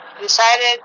decided